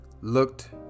looked